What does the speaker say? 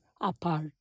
apart